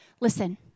Listen